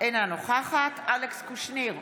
אינה נוכחת אלכס קושניר,